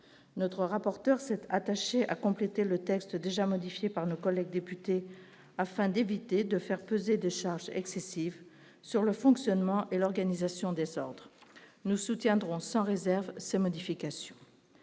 notre rapporteur s'était attaché à compléter le texte déjà modifié par nos collègues députés afin d'éviter de faire peser des charges excessives sur le fonctionnement et l'organisation désordres nous soutiendrons sans réserve ces modifications,